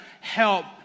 help